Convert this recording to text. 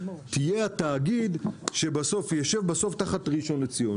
תהיה התאגיד שיישב בסוף תחת ראשון לציון.